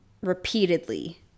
repeatedly